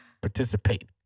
participate